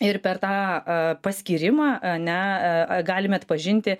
ir per tą paskyrimą ane galime atpažinti